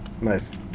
Nice